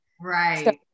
Right